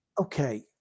Okay